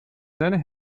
seine